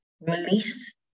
Release